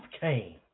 came